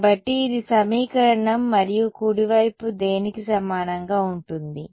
కాబట్టి ఇది సమీకరణం మరియు కుడి వైపు దేనికి సమానంగా ఉంటుంది